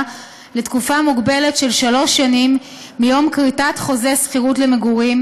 לתקופה מוגבלת של שלוש שנים מיום כריתת חוזה שכירות למגורים,